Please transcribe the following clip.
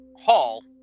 hall